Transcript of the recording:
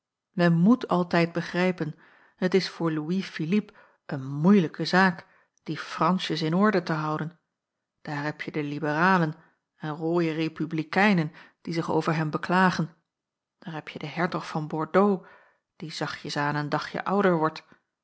men moet altijd begrijpen het is voor louis philippe een moeilijke zaak die franschjes in orde te houden daar hebje de liberalen en rooie republikeinen die zich over hem beklagen daar hebje den hertog van bordeaux die zachtjes aan een dagje ouder wordt